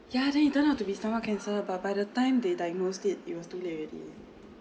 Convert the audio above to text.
ya then it turn out to be stomach cancer but by the time they diagnosed it it was too late already